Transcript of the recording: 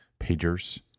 pagers